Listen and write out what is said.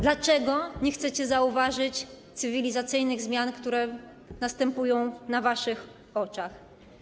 Dlaczego nie chcecie zauważyć cywilizacyjnych zmian, które następują na waszych oczach?